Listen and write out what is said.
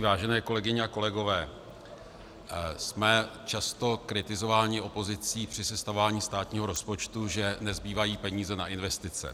Vážené kolegyně a kolegové, jsme často kritizováni opozicí při sestavování státního rozpočtu, že nezbývají peníze na investice.